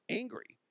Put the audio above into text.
angry